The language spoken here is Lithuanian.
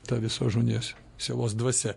tą visos žmonijos sielos dvasia